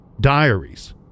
diaries